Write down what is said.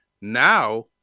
Now